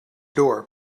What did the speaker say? door